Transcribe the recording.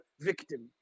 victim